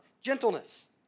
gentleness